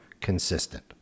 consistent